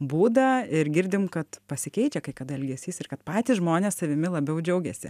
būdą ir girdim kad pasikeičia kai kada elgesys ir kad patys žmonės savimi labiau džiaugiasi